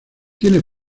tiene